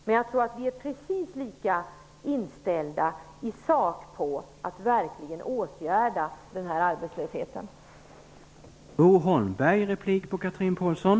Men jag tror att vi är precis lika angelägna om att verkligen åtgärda arbetslösheten i sak.